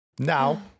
Now